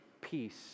peace